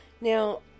Now